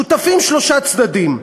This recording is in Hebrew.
שותפים שלושה צדדים: